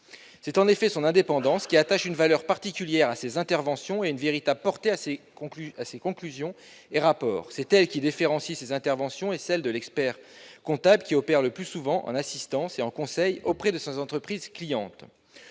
C'est en effet son indépendance qui attache une valeur particulière à ses interventions et une véritable portée à ses conclusions et rapports. C'est elle qui différencie ses interventions de celles de l'expert-comptable qui opère le plus souvent en assistance et en conseil auprès de ses entreprises clientes.